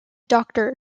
doctor